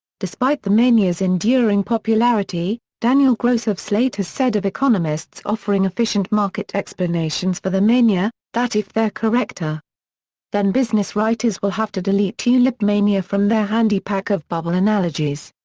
despite the mania's enduring popularity, daniel gross of slate has said of economists offering efficient-market explanations for the mania, that if they're correct. ah then business writers will have to delete tulipmania from their handy-pack of bubble analogies.